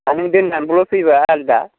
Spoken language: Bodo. दा नों दोननानैल' फैबा आलादा